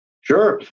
Sure